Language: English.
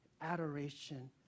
adoration